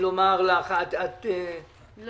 אם